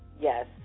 Yes